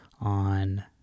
on